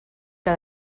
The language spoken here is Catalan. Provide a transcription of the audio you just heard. que